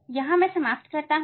यहां मैं समाप्त करता हूं